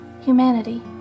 humanity